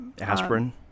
aspirin